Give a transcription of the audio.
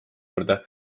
juurde